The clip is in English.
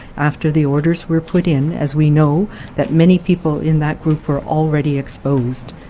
after the orders were put in, as we know that many people in that group were already exposed.